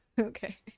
Okay